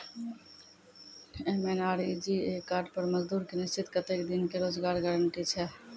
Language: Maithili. एम.एन.आर.ई.जी.ए कार्ड पर मजदुर के निश्चित कत्तेक दिन के रोजगार गारंटी छै?